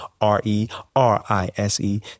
R-E-R-I-S-E